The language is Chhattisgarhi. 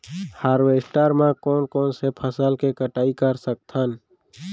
हारवेस्टर म कोन कोन से फसल के कटाई कर सकथन?